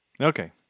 Okay